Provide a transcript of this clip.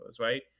right